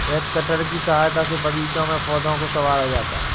has cutter की सहायता से बागीचों में पौधों को सँवारा जाता है